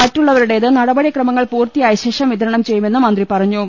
മറ്റു ള്ളവരുടേത് നടപടിക്രമങ്ങൾ പൂർത്തിയായശേഷം വിതരണം ചെയ്യുമെന്ന് മന്ത്രി പറഞ്ഞു